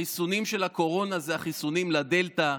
החיסונים של הקורונה זה החיסונים לדלתא.